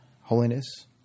holiness